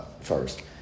first